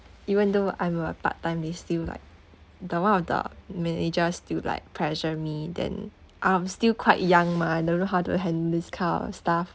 even though I'm a part time they still like the one of the manager still like pressure me then I'm still quite young mah don't know how to handle this kind of stuff